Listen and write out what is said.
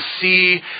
see